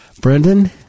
Brendan